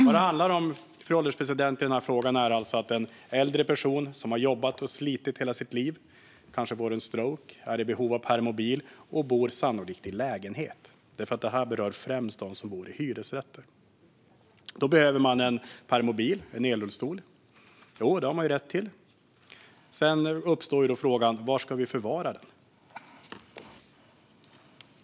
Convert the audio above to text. Det handlar alltså om äldre personer, som har jobbat och slitit i hela sina liv och kanske har fått en stroke, som är i behov av permobil och sannolikt bor i en lägenhet. Det här berör främst dem som bor i hyresrätter. Personen behöver en permobil, en elrullstol, och det har man ju rätt till. Sedan uppstår frågan: Var ska den förvaras?